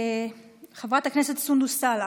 חברת הכנסת סונדוס סאלח,